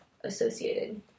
associated